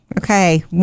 Okay